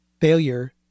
failure